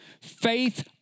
Faith